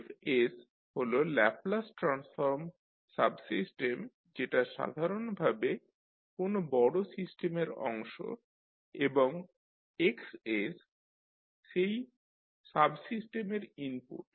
F হল Laplace transform subsystem যেটা সাধারণ ভাবে কোনো বড় সিস্টেমের অংশ এবং X সেই সাবসিস্টেমের ইনপুট